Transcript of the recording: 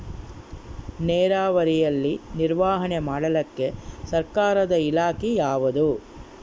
ನೇರಾವರಿಯಲ್ಲಿ ನಿರ್ವಹಣೆ ಮಾಡಲಿಕ್ಕೆ ಸರ್ಕಾರದ ಇಲಾಖೆ ಯಾವುದು?